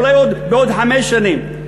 אולי בעוד חמש שנים.